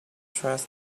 trust